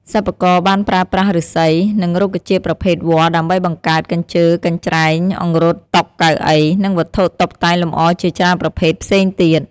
សិប្បករបានប្រើប្រាស់ឫស្សី និងរុក្ខជាតិប្រភេទវល្លិដើម្បីបង្កើត កញ្ជើ កញ្ច្រែង អង្រុត តុ កៅអី និងវត្ថុតុបតែងលម្អជាច្រើនប្រភេទផ្សេងទៀត។